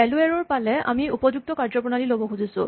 value error পালে আমি উপযুক্ত কাৰ্যপ্ৰণালী ল'ব খুজো